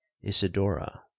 Isidora